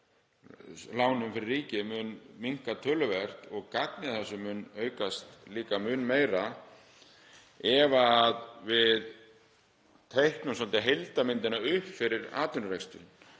lánum fyrir ríkið mun minnka töluvert og gagnið af þessu mun líka aukast mun meira ef við teiknum svolítið heildarmyndina upp fyrir atvinnureksturinn.